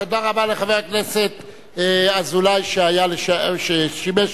תודה רבה לחבר הכנסת אזולאי, ששימש